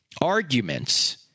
arguments